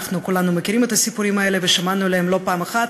אנחנו כולנו מכירים את הסיפורים האלה ושמענו עליהם לא פעם אחת,